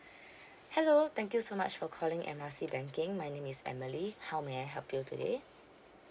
hello thank you so much for calling M R C banking my name is emily how may I help you today